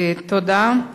תודה.